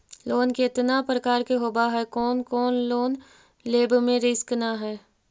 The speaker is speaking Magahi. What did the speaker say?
लोन कितना प्रकार के होबा है कोन लोन लेब में रिस्क न है?